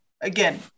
again